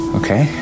okay